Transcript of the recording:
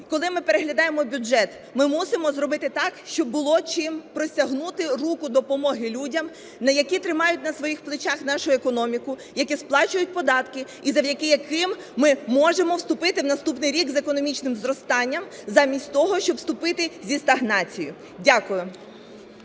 коли ми переглядаємо бюджет, ми мусимо зробити так, щоб було чим простягнути руку допомоги людям, які тримають на своїх плечах нашу економіку, які сплачують податки і завдяки яким ми можемо вступити в наступний рік з економічним зростанням замість того, щоб вступити зі стагнацією. Дякую.